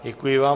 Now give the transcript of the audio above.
Děkuji vám.